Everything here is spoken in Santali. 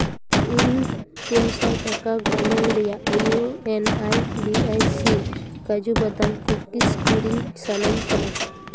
ᱤᱧ ᱯᱩᱱ ᱥᱟᱭ ᱴᱟᱠᱟ ᱜᱚᱱᱚᱝ ᱨᱮᱭᱟᱜ ᱤᱭᱩ ᱮᱱ ᱟᱭ ᱵᱤ ᱟᱭ ᱥᱤ ᱠᱟᱹᱡᱩ ᱵᱟᱫᱟᱢ ᱠᱩᱠᱤᱥ ᱠᱤᱨᱤᱧ ᱥᱟᱱᱟᱧ ᱠᱟᱱᱟ